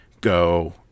go